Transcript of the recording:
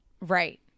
Right